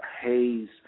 haze